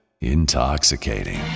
Intoxicating